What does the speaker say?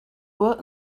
were